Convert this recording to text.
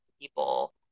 people